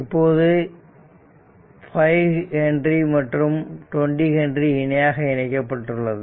இப்போது 5 H மற்றும் 20 H இணையாக இணைக்கப்பட்டுள்ளது